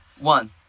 One